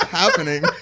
happening